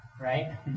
right